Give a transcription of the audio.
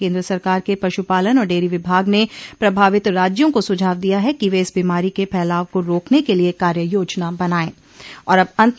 केन्द्र सरकार के पशुपालन और डेयरी विभाग ने प्रभावित राज्यों को सुझाव दिया है कि वे इस बीमारी के फैलाव को रोकने के लिए कार्ययोजना बनाएं